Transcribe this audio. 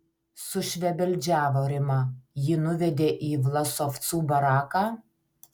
sušvebeldžiavo rima jį nuvedė į vlasovcų baraką